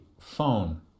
Phone